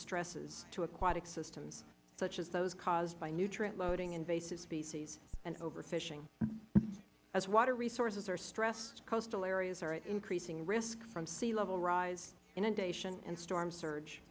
stresses to aquatic systems such as those caused by nutrient loading invasive species and overfishing as water resources are stressed coastal areas are at increasing risk from sea level rise inundation and storm surge